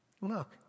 look